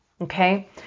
okay